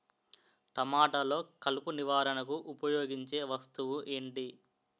టమాటాలో కలుపు నివారణకు ఉపయోగించే వస్తువు ఏంటి?